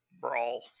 Brawl